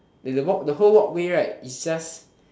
there's a walk~ the whole walkway right is just